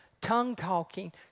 tongue-talking